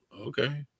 okay